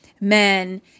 men